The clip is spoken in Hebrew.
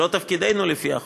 זה לא תפקידו לפי החוק,